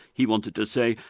he wanted to say,